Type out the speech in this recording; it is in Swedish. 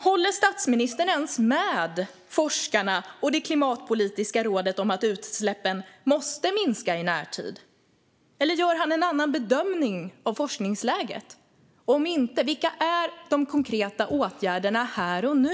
Håller statsministern ens med forskarna och Klimatpolitiska rådet om att utsläppen måste minska i närtid, eller gör han en annan bedömning av forskningsläget? Om inte, vilka är de konkreta åtgärderna här och nu?